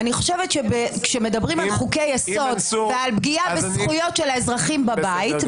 אני חושבת שכשמדברים על חוקי יסוד ועל פגיעה בזכויות של האזרחים בבית,